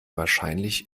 wahrscheinlich